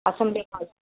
assembly hall